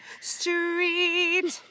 Street